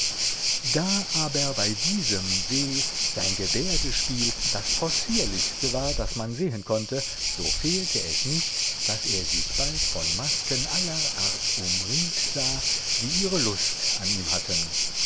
da aber bei diesem weh sein gebärdespiel das possierlichste war das man sehen konnte so fehlte es nicht daß er sich bald von masken aller art umringt sah die ihre lust an ihm hatten